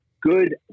good